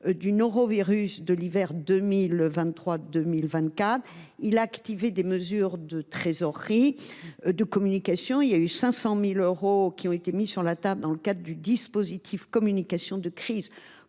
du norovirus de l’hiver 2023 2024. Il a en effet activé des mesures de trésorerie, mais aussi de communication. Ainsi, 500 000 euros ont été mis sur la table dans le cadre du dispositif « communication de crise